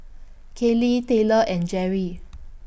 Kayli Taylor and Gerry